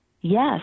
Yes